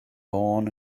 born